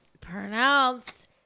pronounced